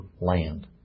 land